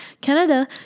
canada